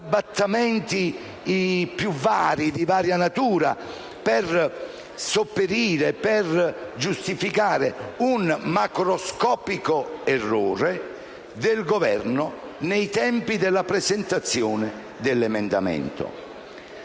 "arrabbattamenti" più vari e di varia natura, per sopperire e per giustificare un macroscopico errore del Governo nei tempi della presentazione dell'emendamento.